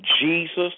Jesus